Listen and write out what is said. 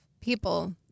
people